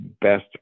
best